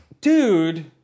Dude